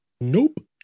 Nope